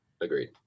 Agreed